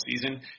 season